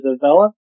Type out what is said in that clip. develop